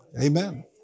Amen